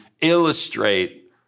illustrate